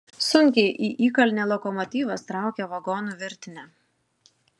sunkiai į įkalnę lokomotyvas traukia vagonų virtinę